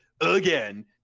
again